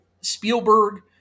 Spielberg